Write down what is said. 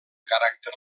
caràcter